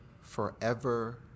forever